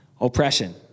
oppression